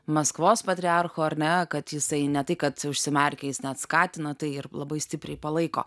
maskvos patriarcho ar ne kad jisai ne tai kad užsimerkia jis net skatina tai ir labai stipriai palaiko